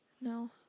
No